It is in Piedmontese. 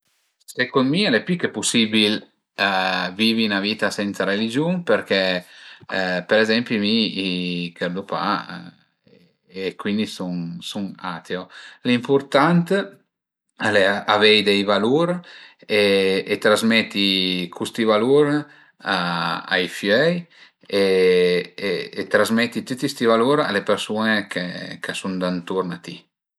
Secund mi al e pi che pusibil vivi 'na vita sensa religiun perché për ezempi mi chërdu pa e cuindi sun sun ateo, l'impurtant al e avei dë valur e trazmeti custi valur a ai fiöi e trazmeti tüti sti valur a le persun-e ch'a sun danturn a ti